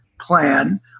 plan